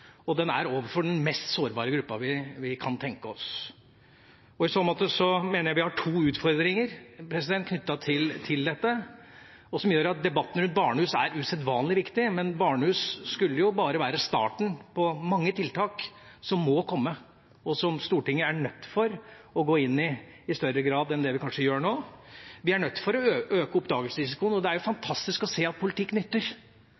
og den er overfor den mest sårbare gruppa vi kan tenke oss. I så måte mener jeg vi har to utfordringer knyttet til dette, og som gjør at debatten rundt barnehus er usedvanlig viktig. Men barnehus skulle jo bare være starten på mange tiltak som må komme, og som Stortinget er nødt til å gå inn i i større grad enn det vi kanskje gjør nå. Vi er nødt til å øke oppdagelsesrisikoen, og det er jo fantastisk å se at politikk nytter,